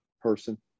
person